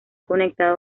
conectado